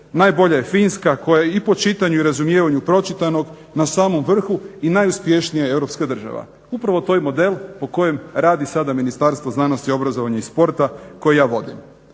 najbolja je Finska koja i po čitanju i razumijevanju pročitanog na samom vrhu i najuspješnija europska država. Upravo je to i model po kojem radi sada Ministarstvo znanosti, obrazovanja i sporta koje ja vodim.